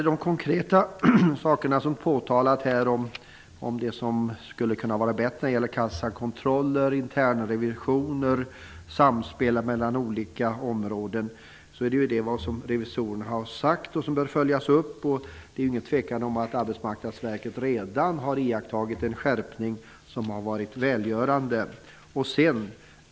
De konkreta frågor som påtalats om förbättringar när det gäller kassakontroller, internrevisioner och samspelet mellan olika områden överensstämmer med vad revisorerna har sagt, och de bör följas upp. Det är ingen tvekan om att Arbetsmarknadsverket redan har iakttagit en skärpning som har varit välgörande.